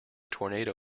tornado